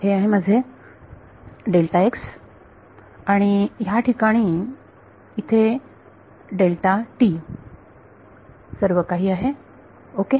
हे आहे माझे आणि या ठिकाणी इथे सर्वकाही आहे ओके